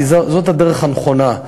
כי זו הדרך הנכונה.